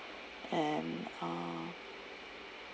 and uh